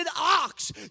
ox